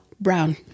Brown